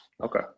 Okay